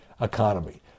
economy